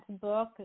book